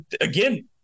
again